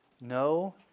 No